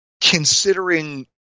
considering